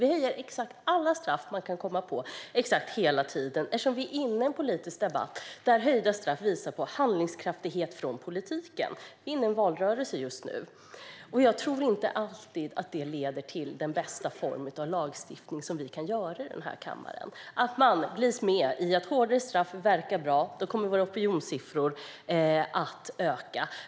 Vi höjer exakt alla straff man kan komma på, exakt hela tiden, eftersom vi är inne i en politisk debatt där höjda straff visar på handlingskraft från politiken. Vi är inne i en valrörelse just nu. Jag tror inte alltid att det leder till den bästa form av lagstiftning som vi kan göra i denna kammare. Man drivs med i att hårdare straff verkar bra. Då kommer opinionssiffrorna att öka.